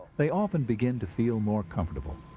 they often begin to feel more comfortable.